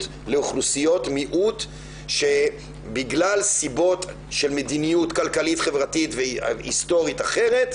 לאוכלוסיות מיעוט שבגלל סיבות של מדיניות כלכלית-חברתית והיסטורית אחרת,